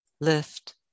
lift